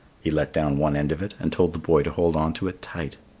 he let down one end of it and told the boy to hold on to it tight.